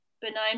benign